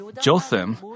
Jotham